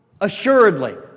assuredly